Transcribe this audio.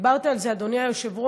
דיברת על זה, אדוני היושב-ראש,